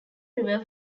river